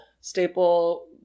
Staple